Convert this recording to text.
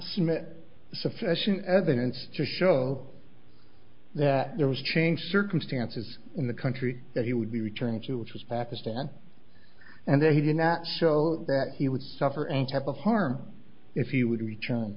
submit sufficient evidence to show that there was change circumstances in the country that he would be returned to which was pakistan and they did not show that he would suffer any type of harm if you would return